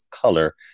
color